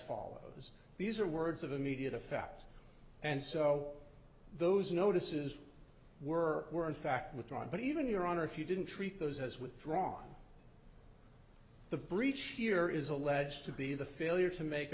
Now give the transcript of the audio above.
follows these are words of immediate effect and so those notices were were in fact withdrawn but even your honor if you didn't treat those as withdrawn the breach here is alleged to be the failure to make